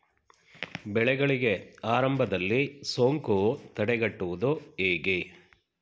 ಬೆಳೆಗಳಿಗೆ ಆರಂಭದಲ್ಲಿ ಸೋಂಕು ತಡೆಗಟ್ಟುವುದು ಹೇಗೆ?